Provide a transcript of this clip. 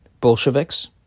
Bolsheviks